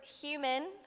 human